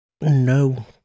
No